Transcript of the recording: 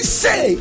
say